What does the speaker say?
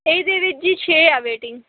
ਇਹਦੇ ਵਿੱਚ ਜੀ ਛੇ ਆ ਵੇਟਿੰਗ